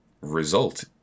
result